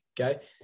okay